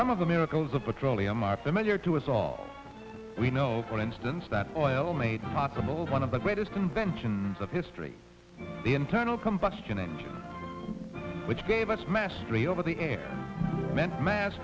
some of the miracles of petroleum are familiar to us all we know for instance that oil made possible one of the greatest inventions of history the internal combustion engine which gave us mastery over the air meant mass